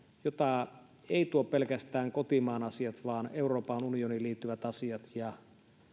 jota eivät tuo pelkästään kotimaan asiat vaan euroopan unioniin liittyvät asiat ja